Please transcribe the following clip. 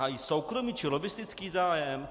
Hájí soukromý či lobbistický zájem?